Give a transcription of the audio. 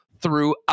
throughout